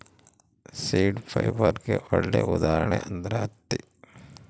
seed ಫೈಬರ್ಗೆ ಒಳ್ಳೆ ಉದಾಹರಣೆ ಅಂದ್ರೆ ಹತ್ತಿ